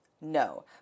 No